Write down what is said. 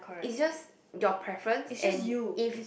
it's just your preference and if